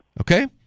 Okay